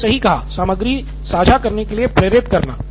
आपने सही कहा सामग्री साझा करने के लिए प्रेरित करना